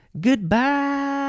goodbye